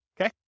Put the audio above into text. okay